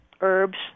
herbs